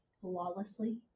flawlessly